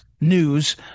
news